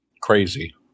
crazy